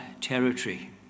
territory